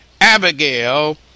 Abigail